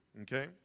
okay